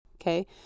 Okay